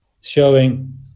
showing